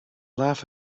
laugh